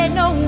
no